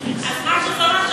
אז מה שזה אומר,